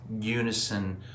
unison